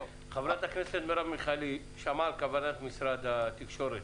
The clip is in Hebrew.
חברת הכנסת מרב מיכאלי שמעה על כוונת משרד התקשורת